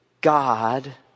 God